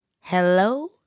Hello